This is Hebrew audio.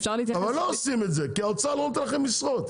לא עושים את זה, כי האוצר לא נותן לכם משרות.